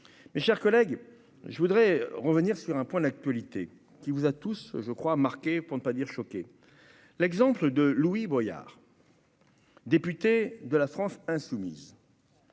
mes chers collègues, je voudrais revenir sur un point : l'actualité qui vous a tous je crois marqué pour ne pas dire choqué l'exemple de Louis Boyard. Député de la France insoumise.